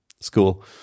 school